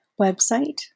website